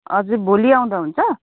हजुर भोलि आउँदा हुन्छ